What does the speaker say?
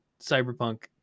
cyberpunk